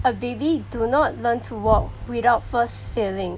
a baby do not learn to walk without first failing